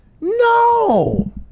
No